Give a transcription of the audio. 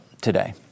today